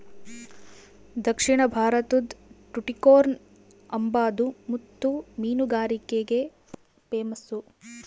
ದಕ್ಷಿಣ ಭಾರತುದ್ ಟುಟಿಕೋರ್ನ್ ಅಂಬಾದು ಮುತ್ತು ಮೀನುಗಾರಿಕ್ಗೆ ಪೇಮಸ್ಸು